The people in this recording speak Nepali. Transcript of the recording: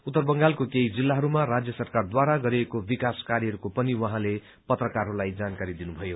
उत्तर बंगालको केही जिल्लाहरूमा राज्य सरकारद्वारा गरिएको विकास कार्यहरूको पनि उहाँले पत्रकारहरूलाई जानकारी दिनुभयो